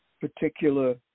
particular